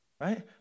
right